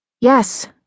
Yes